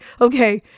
Okay